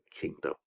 kingdom